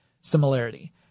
similarity